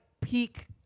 peak